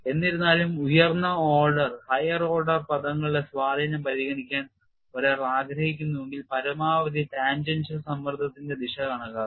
എന്നിരുന്നാലും ഉയർന്ന ഓർഡർ പദങ്ങളുടെ സ്വാധീനം പരിഗണിക്കാൻ ഒരാൾ ആഗ്രഹിക്കുന്നുവെങ്കിൽ പരമാവധി ടാൻജൻഷ്യൽ സമ്മർദ്ദത്തിന്റെ ദിശ കണക്കാക്കുക